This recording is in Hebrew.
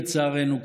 לצערנו,